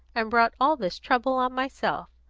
and brought all this trouble on myself.